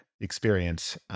experience